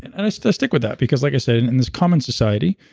and and i stick stick with that, because like i said, in and this common society,